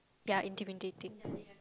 ya intimidating